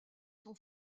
son